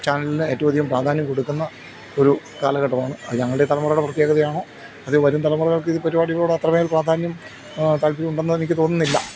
ചാനലിന് ഏറ്റവും അധികം പ്രാധാന്യം കൊടുക്കുന്ന ഒരു കാലഘട്ടമാണ് അത് ഞങ്ങളുടെ ഈ തലമുറയുടെ പ്രത്യേകതയാണോ അത് വരും തലമുറകൾക്ക് ഇത് പരിപാടികളോട് അത്രമേൽ പ്രാധാന്യം താല്പര്യം ഉണ്ടെന്ന് എനിക്ക് തോന്നുന്നില്ല